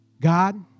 God